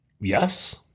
Yes